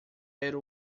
era